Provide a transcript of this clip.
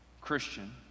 Christian